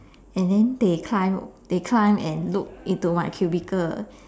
and then they climb they climb and look into my cubicle